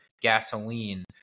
gasoline